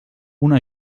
una